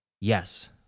Yes